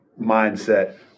mindset